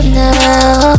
now